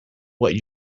what